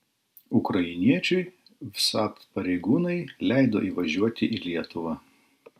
ukrainiečiui vsat pareigūnai leido įvažiuoti į lietuvą